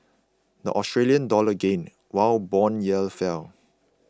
the Australian dollar gained while bond yields fell